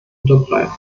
unterbreiten